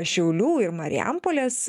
šiaulių ir marijampolės